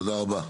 תודה רבה.